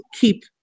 keep